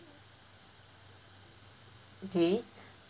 okay